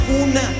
una